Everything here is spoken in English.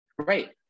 Right